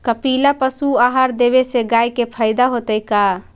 कपिला पशु आहार देवे से गाय के फायदा होतै का?